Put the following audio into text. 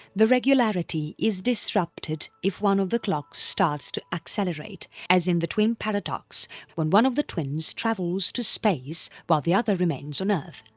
the regularity is disrupted if one of the clocks starts to accelerate, as in the twin paradox when one of the twin travels to space while the other remains on earth,